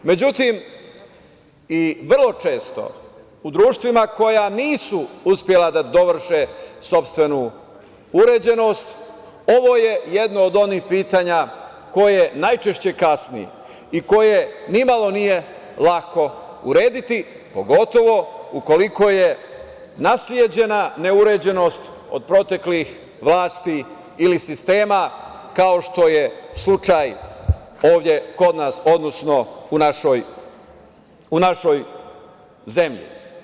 Međutim, vrlo često u društvima koja nisu uspela da dovrše sopstvenu uređenost, ovo je jedno od onih pitanja koje najčešće kasni i koje ni malo nije lako urediti, pogotovo ukoliko je nasleđena neuređenost od proteklih vlasti ili sistema, kao što je slučaj ovde kod nas, odnosno u našoj zemlji.